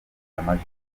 yamaze